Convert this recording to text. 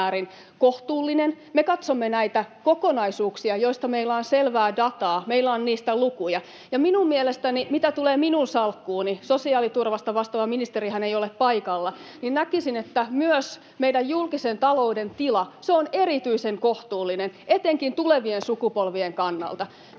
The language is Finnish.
Me katsomme näitä kokonaisuuksia, joista meillä on selvää dataa, meillä on niistä lukuja. Mitä tulee minun salkkuuni — sosiaaliturvasta vastaava ministerihän ei ole paikalla — niin näkisin, että myöskään meidän julkisen talouden tila ei ole erityisen kohtuullinen, etenkin tulevien sukupolvien kannalta.